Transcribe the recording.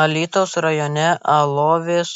alytaus rajone alovės